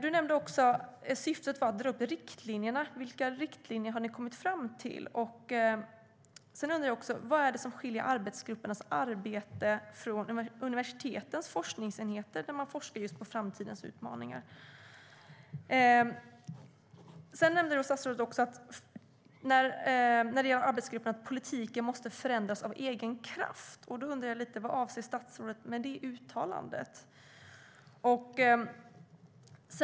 Du nämnde också att syftet var att dra upp riktlinjerna. Vilka riktlinjer har ni kommit fram till? Jag undrar också: Vad skiljer arbetsgruppernas arbete från universitetens forskningsenheter där man forskar just på framtidens utmaningar? Statsrådet nämnde också när det gäller arbetsgrupperna att politiken måste förändras av egen kraft. Vad avser statsrådet med detta uttalande?